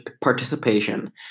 participation